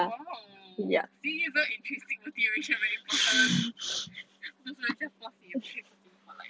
!wow! this is why intrinsic motivation very important 不是 just force 你你也不可以 continue for life